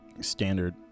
standard